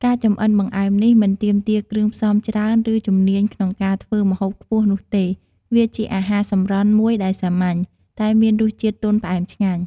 ការចម្អិនបង្អែមនេះមិនទាមទារគ្រឿងផ្សំច្រើន ឬជំនាញក្នុងការធ្វើម្ហូបខ្ពស់នោះទេ វាជាអាហារសម្រន់មួយដែលសាមញ្ញ តែមានរសជាតិទន់ផ្អែមឆ្ងាញ់។